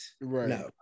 Right